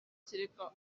kereka